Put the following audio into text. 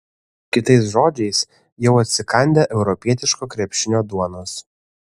kitais žodžiais jau atsikandę europietiško krepšinio duonos